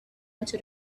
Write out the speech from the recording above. into